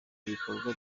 bikorwa